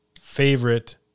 favorite